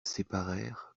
séparèrent